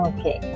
Okay